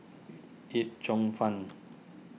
Yee Yip Cheong Fun